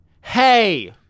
hey